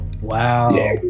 Wow